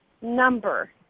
number